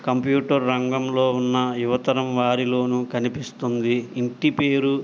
computer రంగంలో ఉన్న యువతరం వారిలోనూ కనిపిస్తుంది ఇంటి పేరు